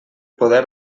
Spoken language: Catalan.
poder